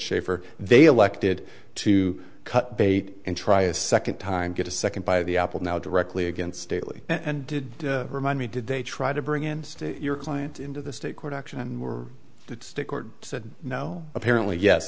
shafer they elected to cut bait and try a second time get a second by the apple now directly against stately and did remind me did they try to bring in your client into the state court action and were to stick court said no apparently ye